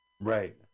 Right